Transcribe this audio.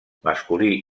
masculí